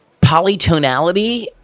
polytonality